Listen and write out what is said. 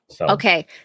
Okay